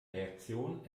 reaktion